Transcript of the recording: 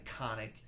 iconic